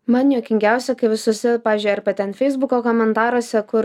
man juokingiausia kai visose pavyzdžiui arba ten feisbuko komentaruose kur